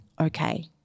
okay